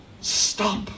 Stop